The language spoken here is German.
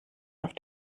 auf